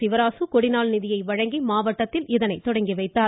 சிவராசு கொடிநாள் நிதியை வழங்கி மாவட்டத்தில் இதனை துவக்கி வைத்தார்